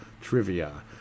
trivia